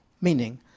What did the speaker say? meaning